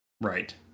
Right